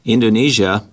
Indonesia